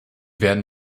werden